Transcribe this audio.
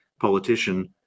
politician